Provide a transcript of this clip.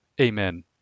Amen